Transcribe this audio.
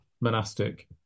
monastic